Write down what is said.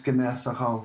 הסכמי השכר.